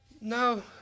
No